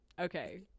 okay